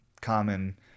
common